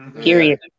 Period